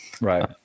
Right